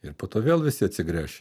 ir po to vėl visi atsigręš